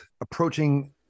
approaching